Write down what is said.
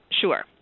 Sure